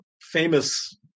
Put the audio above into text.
famous